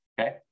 okay